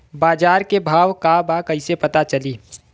बाजार के भाव का बा कईसे पता चली?